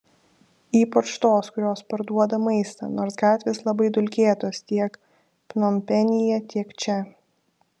ypač tos kurios parduoda maistą nors gatvės labai dulkėtos tiek pnompenyje tiek čia